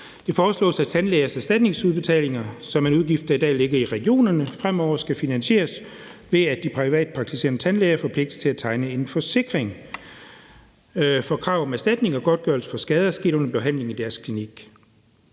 Det foreslås, at tandlægers erstatningsudbetalinger, der i dag ligger som en udgift i regionerne, fremover skal finansieres ved, at de privatpraktiserende tandlæger forpligtes til at tegne en forsikring, der dækker ved krav om erstatning og godtgørelse for skader sket under behandlingen i deres klinikker.